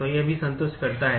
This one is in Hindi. तो यह भी संतुष्ट करता है